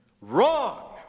wrong